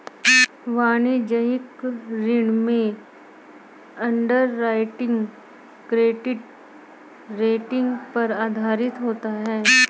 वाणिज्यिक ऋण में अंडरराइटिंग क्रेडिट रेटिंग पर आधारित होता है